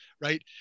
right